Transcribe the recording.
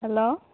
hello